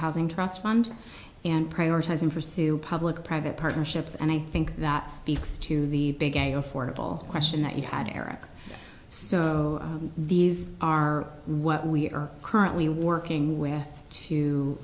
housing trust fund and prioritizing pursue public private partnerships and i think that speaks to the big affordable question that you had eric so these are what we are currently working with t